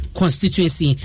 constituency